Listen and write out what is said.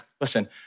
listen